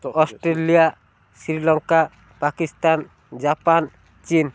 Australia Sri Lanka Pakistan Japan China